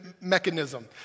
mechanism